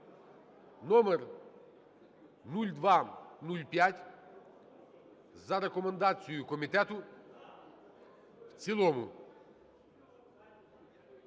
(№ 0205) за рекомендацією комітету в цілому.